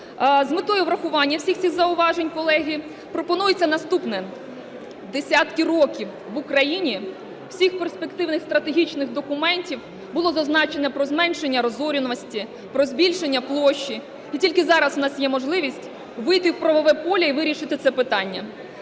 З метою врахування всіх цих зауважень, колеги, пропонується наступне. Десятки років в Україні всіх перспективних стратегічних документів було зазначено про зменшення розорюваності, про збільшення площі і тільки зараз у нас є можливість вийти в правове поле і вирішити це питання.